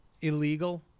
Illegal